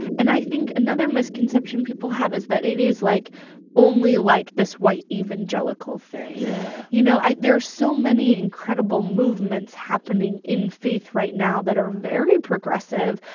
and i think another misconception people have is that it is like only, like, this white evangelical thing yeah you know, there are so many incredible movements happening in faith right now that are very progressive.